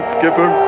Skipper